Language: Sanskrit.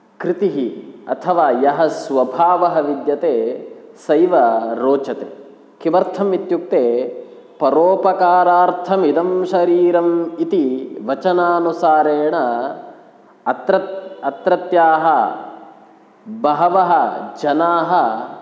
कृतिः अथवा यः स्वभावः विद्यते सैव रोचते किमर्थम् इत्युक्ते परोपकारार्थमिदं शरीरम् इति वचनानुसारेण अत्रत् अत्रत्याः बहवः जनाः